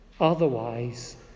otherwise